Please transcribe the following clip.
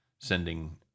sending